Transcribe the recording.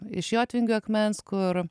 iš jotvingių akmens kur